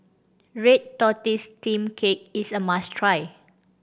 red tortoise steamed cake is a must try